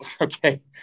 okay